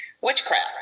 witchcraft